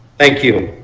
thank you